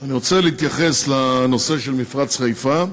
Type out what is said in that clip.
אני רוצה להתייחס לנושא מפרץ חיפה.